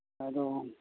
ᱟᱫᱚ